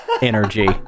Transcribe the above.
energy